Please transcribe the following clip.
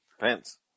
Pants